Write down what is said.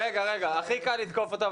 הכי קל לתקוף אותו.